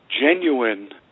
genuine